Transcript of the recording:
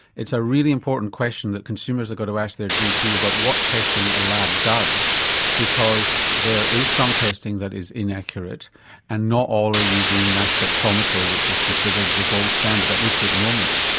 it's a really important question that consumers have got to ask their gp about what testing a lab does because there is some testing that is inaccurate and not all are using mass spectrometry which is considered the gold standard, at least at the moment.